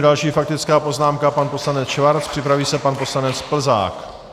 Další faktická poznámka pan poslanec Schwarz, připraví se pan poslanec Plzák.